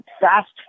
Fast